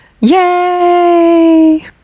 yay